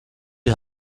die